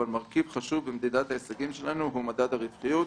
כאשר מרכיב חשוב במדידת ההישגים שלנו הוא מדד הרווחיות.